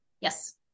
yes